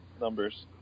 numbers